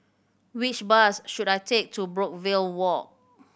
which bus should I take to Brookvale Walk